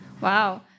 Wow